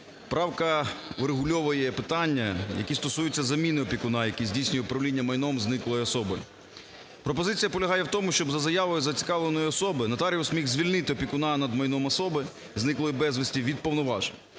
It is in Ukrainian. правка врегульовує питання, які стосуються заміни опікуна, який здійснює управління майном зниклої особи. Пропозиція полягає в тому, щоб за заявою зацікавленої особи нотаріус міг звільнити опікуна над майном особи, зниклої безвісти, від повноважень.